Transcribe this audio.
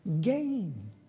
gain